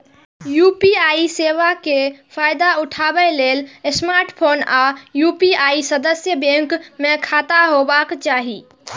UPI सेवा के फायदा उठबै लेल स्मार्टफोन आ यू.पी.आई सदस्य बैंक मे खाता होबाक चाही